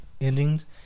endings